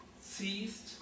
ceased